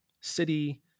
city